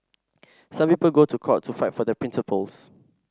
some people go to court to fight for their principles